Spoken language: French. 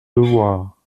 devoir